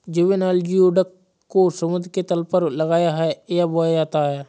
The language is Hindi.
जुवेनाइल जियोडक को समुद्र के तल पर लगाया है या बोया जाता है